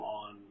on